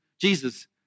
Jesus